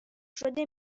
شده